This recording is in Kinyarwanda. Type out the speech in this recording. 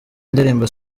indirimbo